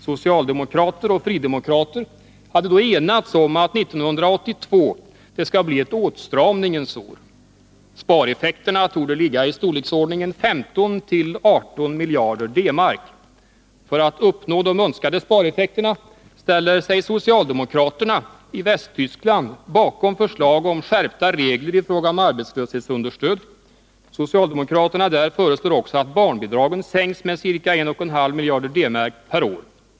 Socialdemokrater och fridemokrater hade då enats om att 1982 skall bli ett åtstramningens år. Spareffekterna torde ligga i storleksordningen 15-18 miljarder D-mark. För att uppnå de önskade spareffekterna ställer sig socialdemokraterna i Västtyskland bakom förslag om skärpta regler i fråga om arbetslöshetsunderstöd. Socialdemokraterna där föreslår också att barnbidragen sänks med 1,5 miljarder D-mark per år.